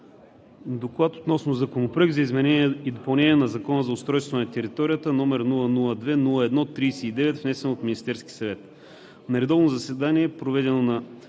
„ДОКЛАД относно Законопроект за изменение и допълнение на Закона за устройство на територията, № 002-01-49, внесен от Министерския съвет На редовно заседание, проведено на